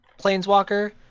planeswalker